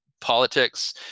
politics